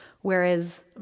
Whereas